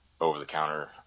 over-the-counter